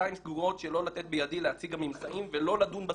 בדלתיים סגורות שלא לתת בידי להציג הממצאים ולא לדון בסוגיה.